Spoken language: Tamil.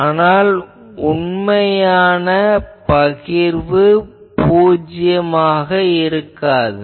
ஆனால் உண்மையான பகிர்வு பூஜ்யமாகாது